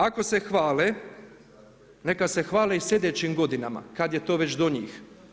Ako se hvale, neka se hvale i sljedećim godinama kad je to već do njih.